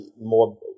more